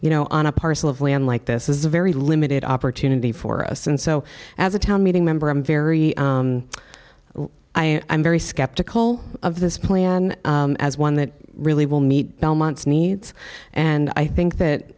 you know on a parcel of land like this is a very limited opportunity for us and so as a town meeting member i'm very i'm very skeptical of this plan as one that really will meet belmont's needs and i think